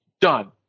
done